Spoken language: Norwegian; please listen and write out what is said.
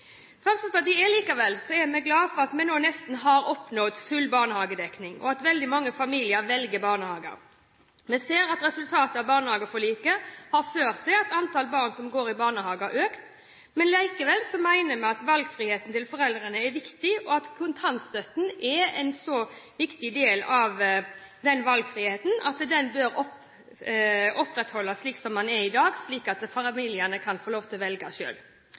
Fremskrittspartiet er likevel glad for at vi nå nesten har oppnådd full barnehagedekning, og at veldig mange familier velger barnehager. Vi ser at resultatet av barnehageforliket har ført til at antallet barn som går i barnehager, har økt. Likevel mener vi at valgfriheten til foreldrene er viktig, og at kontantstøtten er en så viktig del av denne valgfriheten at den bør opprettholdes slik den er i dag, slik at familiene kan få lov til å velge